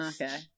Okay